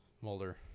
Mulder